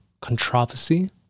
controversy